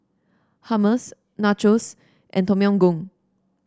Hummus Nachos and Tom Yam Goong